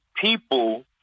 people